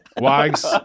Wags